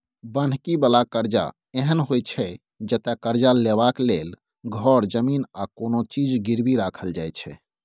बन्हकी बला करजा एहन होइ छै जतय करजा लेबाक लेल घर, जमीन आ कोनो चीज गिरबी राखल जाइ छै